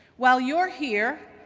while you're here,